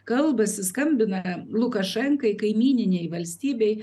kalbasi skambina lukašenkai kaimyninei valstybei